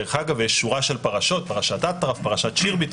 יש שורה של פרשות אטרף, שירביט.